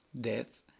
death